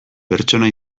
pertsona